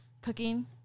cooking